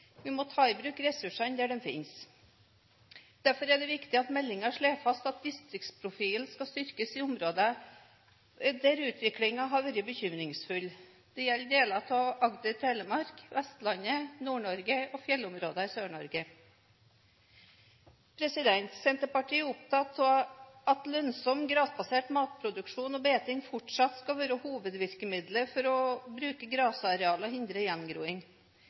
ressursene der de finnes. Derfor er det viktig at meldingen slår fast at distriktsprofilen skal styrkes i områder der utviklingen har vært bekymringsfull. Dette gjelder deler av Agder, Telemark, Vestlandet, Nord-Norge og fjellområdene i Sør-Norge. Senterpartiet er opptatt av at lønnsom grasbasert matproduksjon og beiting fortsatt skal være hovedvirkemiddelet for å bruke grasarealet og hindre gjengroing.